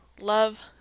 love